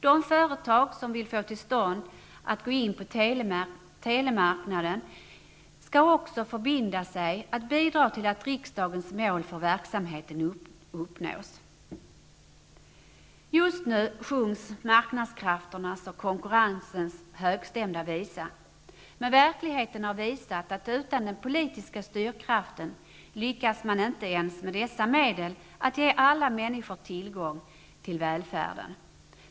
De företag som vill få tillstånd att gå in på telemarknaden skall också förbinda sig att bidra till att riksdagens mål för verksamheten uppnås. Just nu sjunges marknadskrafternas och konkurrensens högstämda visa, men verkligheten har visat att utan den politiska styrkraften lyckas man inte ens med dessa medel att ge alla människor tillgång till välfärden.